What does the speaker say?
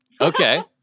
Okay